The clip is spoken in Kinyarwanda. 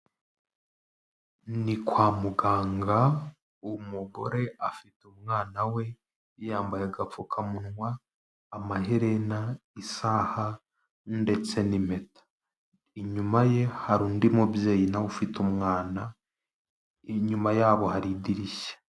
Ni kwa muganga, umugore afite umwana we, yambaye agapfukamunwa, amaherena, isaha ndetse n'impeta, inyuma ye hari undi mubyeyi na we ufite umwana, inyuma yabo hari idirishya.